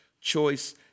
choice